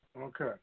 Okay